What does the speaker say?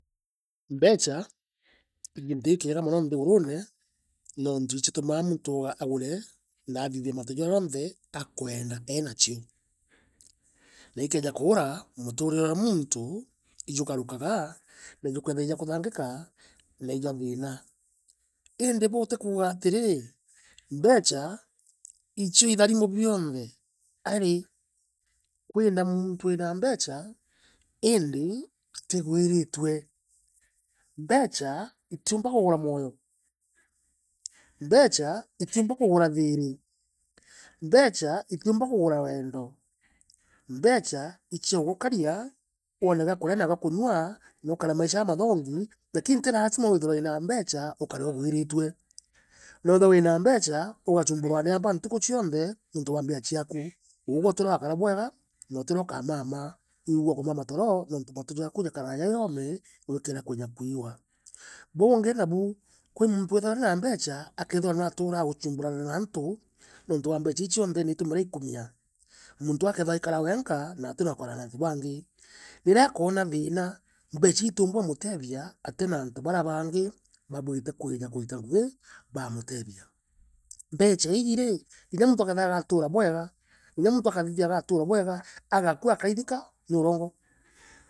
Mbecha, i giintu gikiega mono nthi gurune nontu ichitumaa muntu agure na athithie mantu jaria jonthe akwenda eena chio. Na ikeeja kuura, muturire kwa muuntu ijugarukaga, na jukeethira i jwa kuthangika, na isa thiina. Iindi buu ti kuuga atirii mbecha ichio itharimu bionthe. Aari kwina muuntu wina mbecha iindi atigwiritwe mbecha itiumba kugura moyo mbecha, itiumba kugura thiiri. Mbecha itiumla kugura weende mbecha i cia kuugukaria weene giakuria na giakunywa na ukare maisha jamathengi lakini ti lasima withire wina mbecha ukare ugwiritue. No withire wina mbecha ugachumbirwa ni aamba ntuku cionthe ni untu bwa mbecha ciaku uugwe utirio wakaru bwega na utiro ukamaama wiigua ukumama toro nuntu matu jaaku jukaara jai oome wikira kwija kwiwa. Buungi nabu kwi muntu withirwa wiina mbecha akeethirawe aturaa uchumburana na antu nuntu bwa mbecha ii chiontheniitumire aikumia. Muntu uu akethira aikarawenka, na ati na antu bangi. Riria akoona thiima, mbecha ii itiumba umuteethia atinu antu barea bangi babuiite kwija kwita ngugi baamutethia mbecha iiji ri kinya muntu akeethirwa aguatura bwega kinya muntu akathithia agatura bwega agakua akaithika ni urongo.